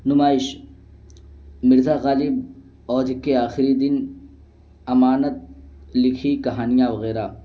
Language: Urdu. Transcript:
نمائش مرزا غالب عد کے آخری دن امانت لکھی کہانیاں وغیرہ